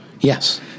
yes